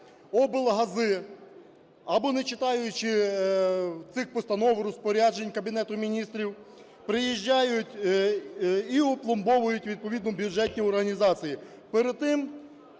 облгази, або не читаючи цих постанов, розпоряджень Кабінету Міністрів, приїжджають і опломбовують відповідно бюджетні організації, перед тим